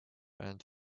and